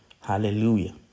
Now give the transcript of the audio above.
Hallelujah